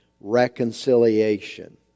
reconciliation